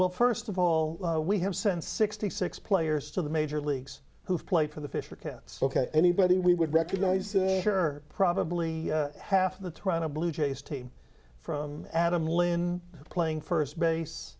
well first of all we have sent sixty six players to the major leagues who've played for the fisher cats ok anybody we would recognize there are probably half of the toronto blue jays team from adam lynn playing first base